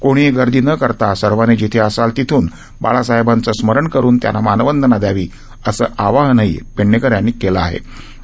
कोणीही गर्दी न करता सर्वानी जिथे असाल तिथून बाळासाहेबांचं स्मरण करून त्यांना मानवंदना द्यावी असं आवाहनही पेडणेकर यांनी यानिमितानं केलं